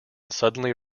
suddenly